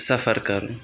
سفر کَرُن